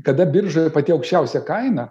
kada biržoj pati aukščiausia kaina